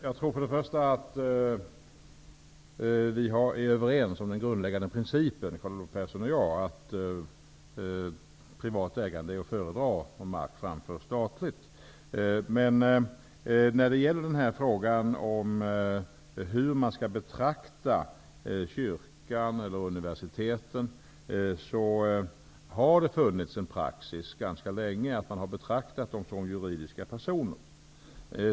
Herr talman! Carl Olov Persson och jag är överens om den grundläggande principen, dvs. att privat ägande av mark är att föredra framför statligt ägande. Det har funnits en praxis sedan länge när det gäller frågan om hur man skall betrakta kyrkan och universiteten, nämligen som juridiska personer.